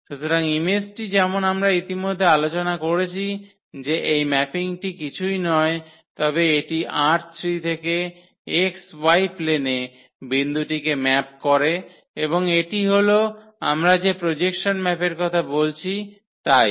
সুতরাং ইমেজটি যেমন আমরা ইতিমধ্যে আলোচনা করেছি যে এই ম্যাপিংটি কিছুই নয় তবে এটি ℝ3 থেকে xy প্লেনে বিন্দুটিকে ম্যাপ করে এবং এটি হল আমরা যে প্রজেকশন ম্যাপের কথা বলছি তাই